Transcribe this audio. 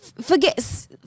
forget